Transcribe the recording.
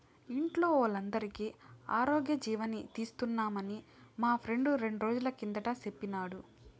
ఇంట్లో వోల్లందరికీ ఆరోగ్యజీవని తీస్తున్నామని మా ఫ్రెండు రెండ్రోజుల కిందట సెప్పినాడు